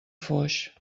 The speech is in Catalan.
foix